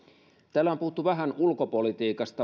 täällä on puhuttu vähän ulkopolitiikasta